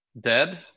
dead